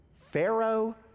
Pharaoh